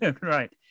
right